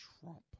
Trump